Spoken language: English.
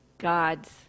God's